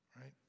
right